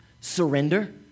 Surrender